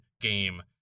game